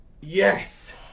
Yes